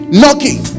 knocking